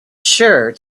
sure